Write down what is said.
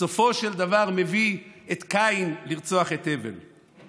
בסופו של דבר הוא מביא את קין לרצוח את הבל.